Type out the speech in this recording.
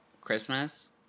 Christmas